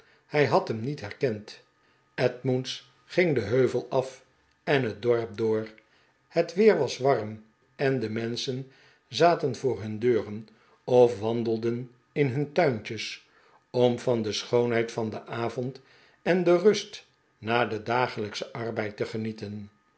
hij had hem niet herkend edmunds ging den heuvel af en het dorp door het weer was warm en de menschen zaten voor hun deuren of wandelden in hun tuintjes om van de schoonheid van den avond en de rust na den dagelijkschen arbeid te genieten